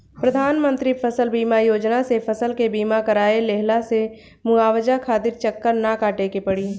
प्रधानमंत्री फसल बीमा योजना से फसल के बीमा कराए लेहला से मुआवजा खातिर चक्कर ना काटे के पड़ी